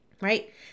right